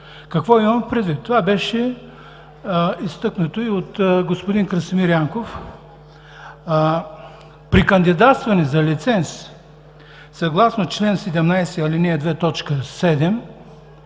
Какво имам предвид? Това беше изтъкнато и от господин Красимир Янков. При кандидатстване за лиценз, съгласно чл. 17, ал. 2,